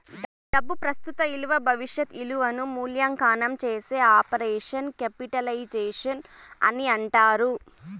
డబ్బు ప్రస్తుత ఇలువ భవిష్యత్ ఇలువను మూల్యాంకనం చేసే ఆపరేషన్ క్యాపిటలైజేషన్ అని అంటారు